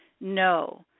no